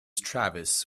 travis